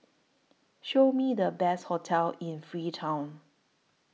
Show Me The Best hotels in Freetown